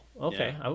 Okay